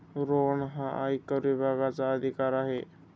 रोहन हा आयकर विभागाचा अधिकारी आहे